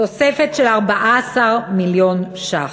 תוספת של 14 מיליון ש"ח.